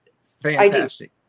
Fantastic